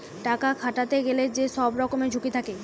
টাকা খাটাতে গেলে যে সব রকমের ঝুঁকি থাকে